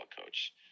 coach